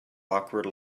awkward